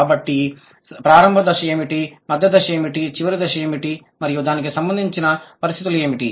కాబట్టి ప్రారంభ దశ ఏమిటి మధ్య దశ ఏమిటి చివరి దశ ఏమిటి మరియు దానికి సంబంధించిన పరిస్థితులు ఏమిటి